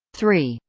three.